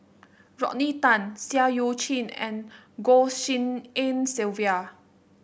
Rodney Tan Seah Eu Chin and Goh Tshin En Sylvia